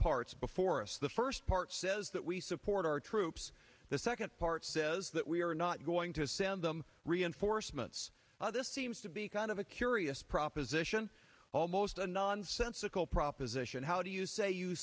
parts before us the first part says that we support our troops the second part says that we are not going to send them reinforcements this seems to be kind of a curious proposition almost a nonsensical proposition how do you say you